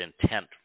intent